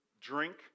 drink